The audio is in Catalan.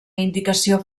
indicació